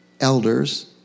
elders